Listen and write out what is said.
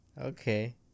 Okay